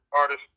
artist